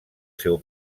seu